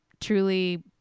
Truly